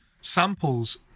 samples